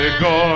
go